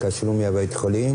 טיפול וליווי,